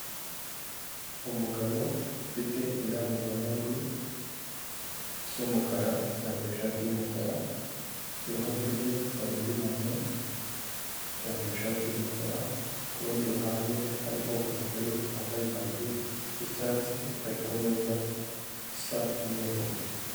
Umugabo ufite indangururamajwi isa umukara, yambaye ishati y'umukara, iruhande rwe hari undi muntu yambaye ishati y'umukara, kurundi ruhande hariho umugore wambaye ikanzu yicyatsi, bari kumeza isa umweru.